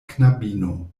knabino